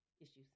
issues